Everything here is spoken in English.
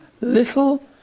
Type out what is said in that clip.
little